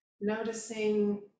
noticing